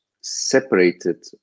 separated